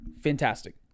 fantastic